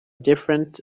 different